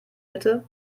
mitte